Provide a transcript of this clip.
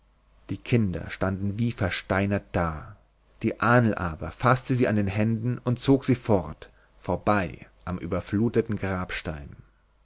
die kinder standen wie versteinert da die ahnl aber faßte sie an den händen und zog sie fort vorbei am überfluteten grabstein